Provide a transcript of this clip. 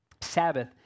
Sabbath